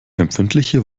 empfindliche